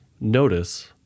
notice